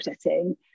setting